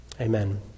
Amen